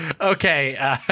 Okay